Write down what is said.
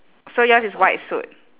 so yours is white suit